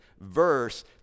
verse